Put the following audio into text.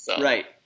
Right